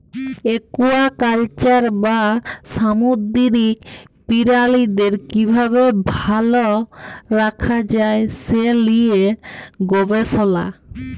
aquaculture বা সামুদ্দিরিক পিরালিদের কিভাবে ভাল রাখা যায় সে লিয়ে গবেসলা